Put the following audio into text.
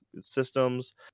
systems